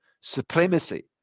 supremacy